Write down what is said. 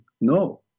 No